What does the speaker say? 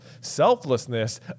selflessness